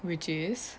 which is